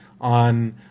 on